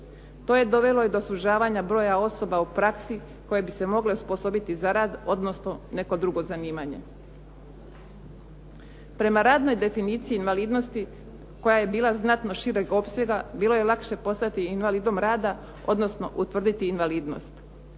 To je dovelo i do sužavanja broja osoba u praksi koje bi se mogle osposobiti za rad, odnosno neko drugo zanimanje. Prema radnoj definiciji invalidnosti koja je bila znatno šireg opsega, bilo je lakše postati invalidom rada, odnosno utvrditi invalidnost.